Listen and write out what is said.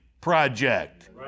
project